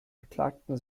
beklagten